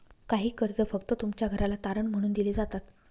काही कर्ज फक्त तुमच्या घराला तारण मानून दिले जातात